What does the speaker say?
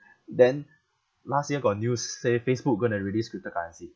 then last year got news say facebook going to release cryptocurrency